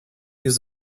use